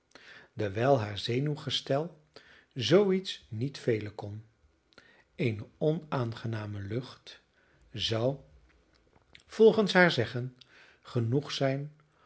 dewijl haar zenuwgestel zoo iets niet velen kon eene onaangename lucht zou volgens haar zeggen genoeg zijn